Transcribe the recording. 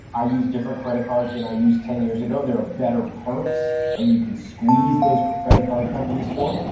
i use different credit cards than i used ten years ago, there are better perks that you can squeeze those credit card companies for.